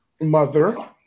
mother